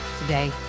Today